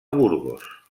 burgos